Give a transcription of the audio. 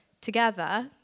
together